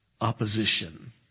opposition